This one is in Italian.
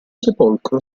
sepolcro